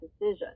decision